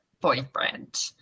boyfriend